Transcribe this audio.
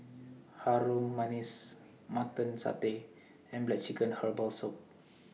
Harum Manis Mutton Satay and Black Chicken Herbal Soup